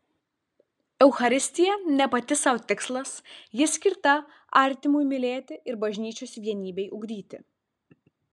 eucharistija ne pati sau tikslas ji skirta artimui mylėti ir bažnyčios vienybei ugdyti